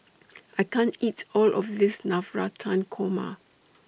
I can't eat All of This Navratan Korma